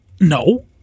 no